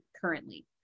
currently